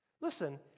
Listen